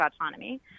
autonomy